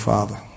Father